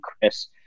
Chris